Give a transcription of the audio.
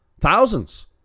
thousands